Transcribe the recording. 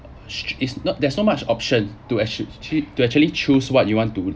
sh~ is not there's not much option to actu~ to actually choose what you want to